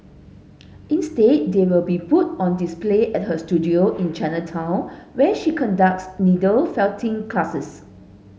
instead they will be put on display at her studio in Chinatown where she conducts needle felting classes